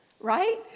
right